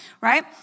right